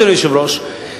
אדוני היושב-ראש,